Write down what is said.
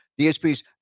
DSP's